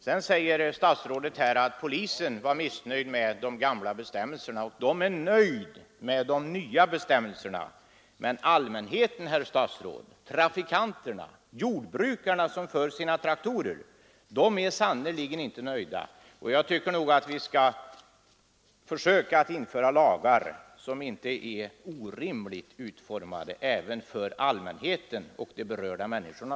Sedan säger statsrådet att polisen var missnöjd med de gamla bestämmelserna och att polisen är nöjd med de nya. Men allmänheten, herr statsråd, trafikanterna, jordbrukarna som för sina traktorer, är sannerligen inte nöjda! Nog bör vi väl försöka införa lagar som inte är orimligt utformade, med tanke även på allmänheten och de berörda människorna.